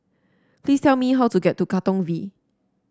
please tell me how to get to Katong V